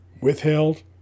withheld